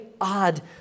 odd